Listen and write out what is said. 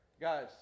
Guys